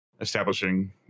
establishing